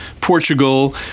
Portugal